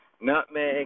nutmeg